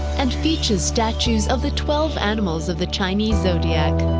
and features statues of the twelve animals of the chinese zodiac.